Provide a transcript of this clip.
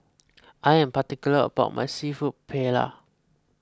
I am particular about my Seafood Paella